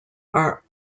are